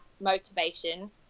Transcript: motivation